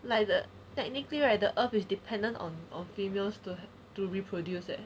like the technically right the earth is dependent on on females to to reproduce leh